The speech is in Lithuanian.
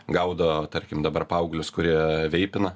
gaudo tarkim dabar paauglius kurie veipina